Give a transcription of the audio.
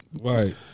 Right